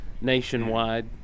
nationwide